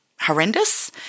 horrendous